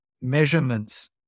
measurements